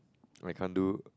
I can't do